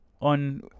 On